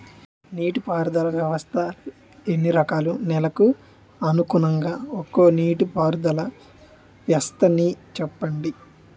నీటి పారుదల వ్యవస్థలు ఎన్ని రకాలు? నెలకు అనుగుణంగా ఒక్కో నీటిపారుదల వ్వస్థ నీ చెప్పండి?